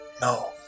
No